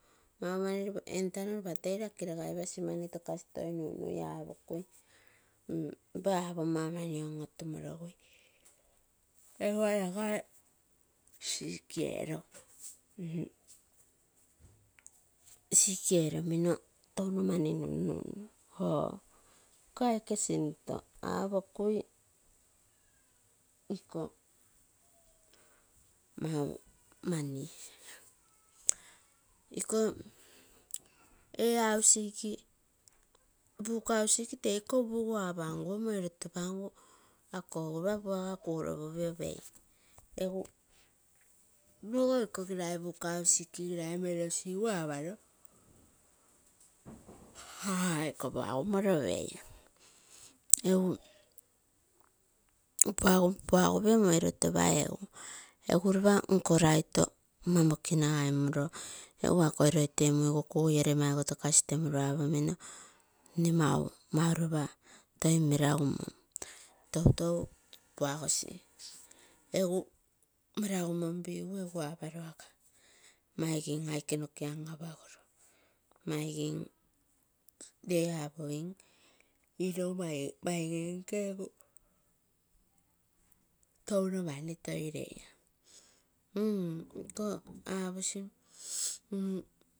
Maumani nne entano ropa tei mani tokasi toi nuinui toi apomo maumani on otumorogui egua nagai sick eroo. Sick eromino touno mani nun nunu iko aike sinto apokui ikoo maumani ikoo ee hausik buka apanguoi moi loto pangu ako egu puaga kuropipio pei, egu nego igikogilai buka hawik moi nogigu aparo, eiko puagumoro pei, egu puagupio moi roto pai eguu, eguropa nkonaito mokinagai muroo egu akoi loi temuigu kugui ere maigo tokaz temuro apomino nne mauropa toi meragumom toitou puagosi egu meragumonpigu apomino aga maigim aike noke an apagoro, maigim nere apogim irou touno mani toi lei mm iko aposi.